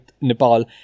Nepal